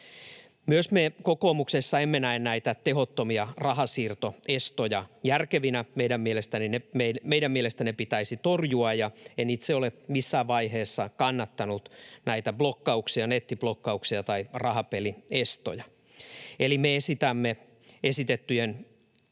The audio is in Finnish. Me kokoomuksessa emme myöskään näe näitä tehottomia rahansiirtoestoja järkevinä. Meidän mielestämme ne pitäisi torjua. En itse ole missään vaiheessa kannattanut näitä blokkauksia, nettiblokkauksia tai rahapeliestoja. Eli me esitämme esitettyjen